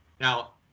Now